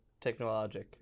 technologic